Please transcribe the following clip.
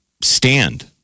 stand